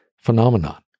phenomenon